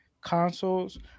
consoles